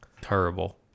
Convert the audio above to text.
Terrible